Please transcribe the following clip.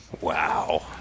Wow